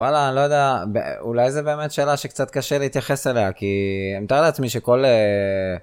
וואלה אני לא יודע אולי זה באמת שאלה שקצת קשה להתייחס אליה כי אני מתאר לעצמי שכל